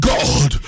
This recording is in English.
God